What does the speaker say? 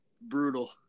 brutal